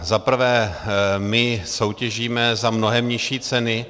Za prvé, my soutěžíme za mnohem nižší ceny.